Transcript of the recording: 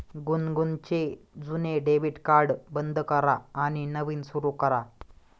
गुनगुनचे जुने debit card बंद करा आणि नवीन सुरू करा